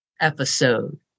episode